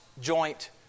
joint